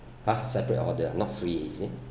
!huh! separate order ah not free is it